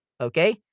Okay